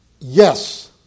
Yes